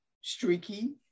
streaky